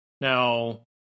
Now